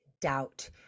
doubt